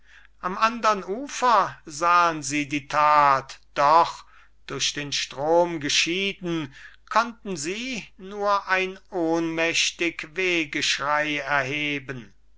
am andern ufer sahen sie die tat doch durch den strom geschieden konnten sie nur ein ohnmächtig wehgeschrei erheben